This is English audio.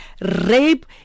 rape